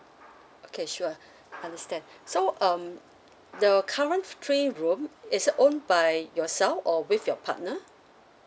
okay sure understand so um the current three room is it own by yourself or with your partner